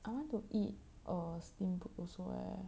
I want to eat err steamboat also eh